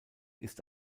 ist